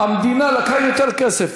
המדינה לקחה יותר כסף.